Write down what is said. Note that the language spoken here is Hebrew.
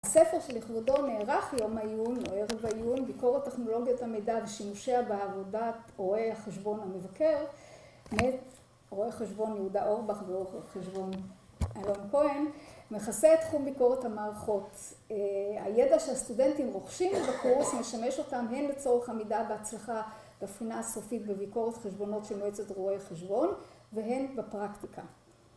הספר שלכבודו נערך יום העיון או ערב העיון, ביקורת טכנולוגיות המידע ושימושיה בעבודת רואי החשבון המבקר, רואה חשבון יהודה אורבך ורואה חשבון אלון כהן, מכסה את תחום ביקורת המערכות. הידע שהסטודנטים רוכשים בקורס, משמש אותם, הן לצורך המידע בהצלחה בפינה הסופית בביקורת חשבונות שנועצת רואי חשבון, והן בפרקטיקה.